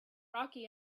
rocky